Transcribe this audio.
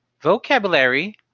vocabulary